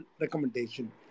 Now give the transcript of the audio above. recommendation